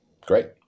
Great